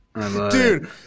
Dude